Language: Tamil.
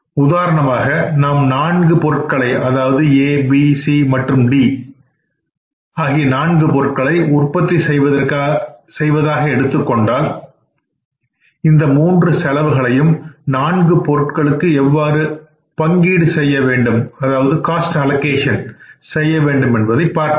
உதாரணமாக நாம் நான்கு A B C and D பொருட்களை உற்பத்தி செய்வதாக எடுத்துக்கொண்டால் இந்த மூன்று செலவுகளையும் நான்கு பொருட்களுக்கு எவ்வாறு பங்கீடு செய்ய வேண்டும் என்பதை பார்ப்போம்